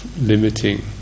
limiting